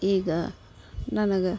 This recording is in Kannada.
ಈಗ ನನಗೆ